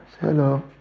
hello